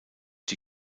die